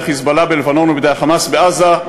ה"חיזבאללה" בלבנון ובידי ה"חמאס" בעזה,